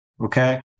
okay